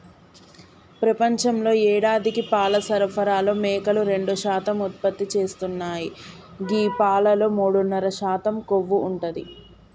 ప్రపంచంలో యేడాదికి పాల సరఫరాలో మేకలు రెండు శాతం ఉత్పత్తి చేస్తున్నాయి గీ పాలలో మూడున్నర శాతం కొవ్వు ఉంటది